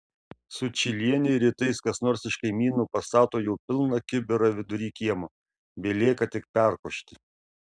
sučylienei rytais kas nors iš kaimynų pastato jau pilną kibirą vidury kiemo belieka tik perkošti